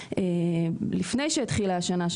לפני שהתחילה השנה,